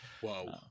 Whoa